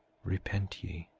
repent ye,